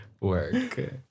Work